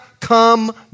come